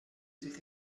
sich